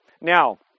Now